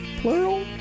Plural